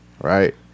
right